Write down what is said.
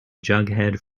jughead